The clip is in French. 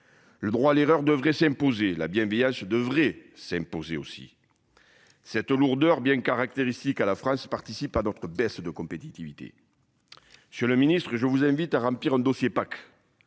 Le droit à l'erreur, devrait s'imposer là bien devrait s'imposer aussi. Cette lourdeur bien caractéristiques à la France participe à d'autres baisses de compétitivité. Sur le ministre, je vous invite à remplir un dossier pas.